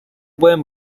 pueden